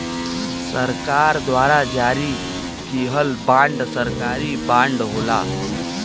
सरकार द्वारा जारी किहल बांड सरकारी बांड होला